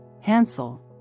Hansel